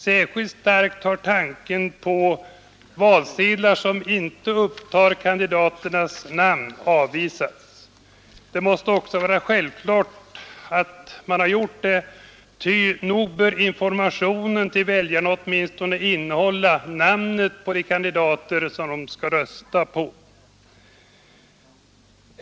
Särskilt starkt har tanken på valsedlar som inte upptar kandidaternas namn avvisats. Det måste också vara självklart att göra det, ty nog bör informationen till väljarna åtminstone innehålla namnen på de kandidater som de skall rösta på.